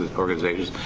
organizations,